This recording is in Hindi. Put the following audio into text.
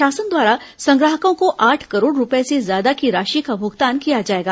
शासन द्वारा संग्राहकों को आठ करोड़ रूपए से ज्यादा की राशि का भुगतान किया जाएगा